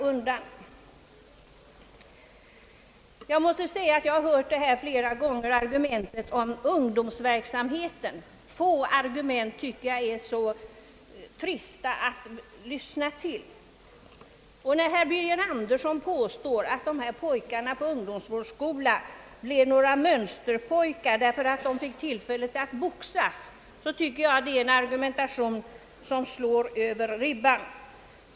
Jag har flera gånger tidigare hört ungdomsverksamheten åberopas som argument för boxningen. Jag tycker att få argument är så trista att lyssna till. Herr Birger Anderssons påstående att intagna på en ungdomsvårdsskola blivit mönsterpojkar bara för att de fått tillfälle att boxas tycker jag är en argumentation som slår i luften.